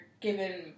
given